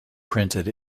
printed